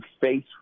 face